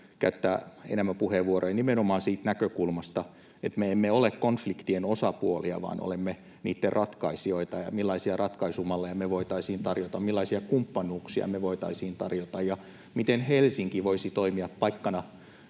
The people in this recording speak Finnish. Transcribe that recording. käyttää enemmän puheenvuoroja nimenomaan siitä näkökulmasta, että me emme ole konfliktien osapuoli, vaan olemme niitten ratkaisija, ja millaisia ratkaisumalleja me voitaisiin tarjota, millaisia kumppanuuksia me voitaisiin tarjota ja miten Helsinki voisi toimia paikkana